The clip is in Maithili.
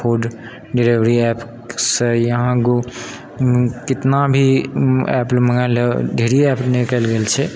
फूड डिलीवरी ऐपसँ यहाँ कितना भी ऐप मङ्गाए लियऽ ढेरी ऐप निकलि गेल छै